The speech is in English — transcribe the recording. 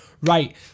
right